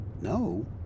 No